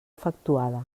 efectuada